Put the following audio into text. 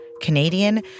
Canadian